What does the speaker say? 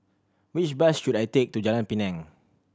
which bus should I take to Jalan Pinang